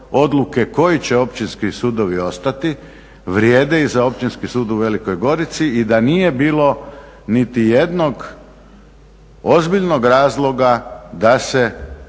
koji će općinski sudovi ostati vrijedi i za Općinski sud u Velikoj Gorici i da nije bilo niti jednog ozbiljnog razloga da se,